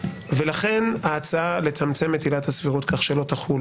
לכן ההצעה לצמצם את עילת הסבירות כך שלא תחול